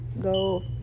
go